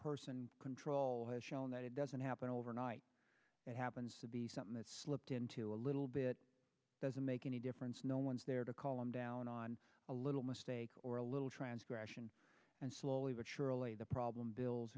person control has shown that it doesn't happen overnight it happens to be something that's slipped into a little bit doesn't make any difference no one's there to call him down on a little mistake or a little transgression and slowly but surely the problem bills